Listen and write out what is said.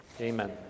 Amen